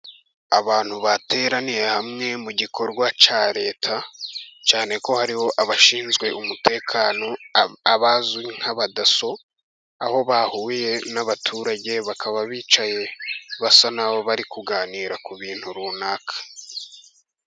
Abantu bateraniye hamwe mu gikorwa cya leta, cyane ko hariho abashinzwe umutekano abazwi nk'abadaso, aho bahuriye n'abaturage bakaba bicaye basa naho bari kuganira ku bintu runaka.